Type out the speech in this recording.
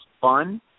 fun